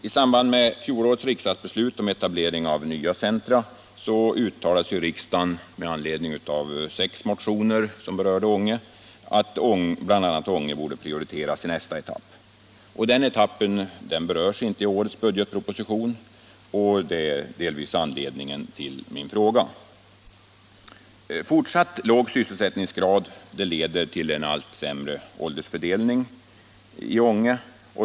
I samband med fjolårets riksdagsbeslut om etablering av nya centra uttalade riksdagen med anledning av sex motioner att bl.a. Ånge borde prioriteras i nästa etapp. Denna etapp berörs inte i årets budgetproposition, och det är delvis anledningen till min fråga. Fortsatt låg sysselsättningsgrad leder till en allt sämre åldersfördelning i Ånge.